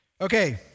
Okay